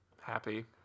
happy